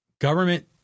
government